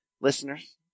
listeners